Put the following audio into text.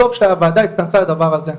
טוב שהוועדה התכנסה לדבר הזה.